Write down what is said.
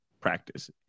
practice